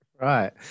Right